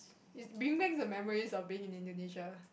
it bring back the memories of being in Indonesia